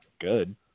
good